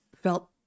felt